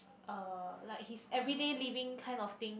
uh like his everyday living kind of thing